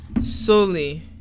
solely